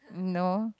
no